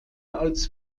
als